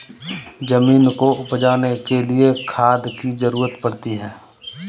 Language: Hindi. ज़मीन को उपजाने के लिए खाद की ज़रूरत पड़ती है